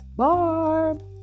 Barb